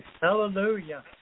Hallelujah